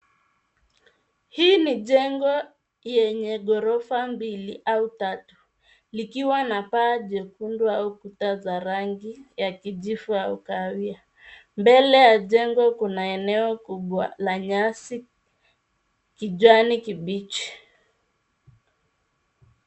Hii ni jengo yenye ghorofa mbili au tatu likiwa na paa jekundu au kuta za rangi ya kijivu au kahawia mbele ya jengo kuna eneo kubwa la nyasi kijani kibichi